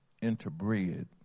interbred